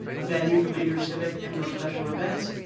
a venue for major civic and or special events,